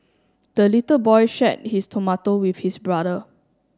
the little boy shared his tomato with his brother